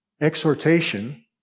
Exhortation